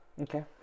Okay